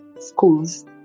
schools